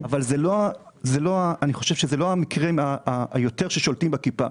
אבל אני חושב שאלה לא המקרים שיותר שולטים בכיפה.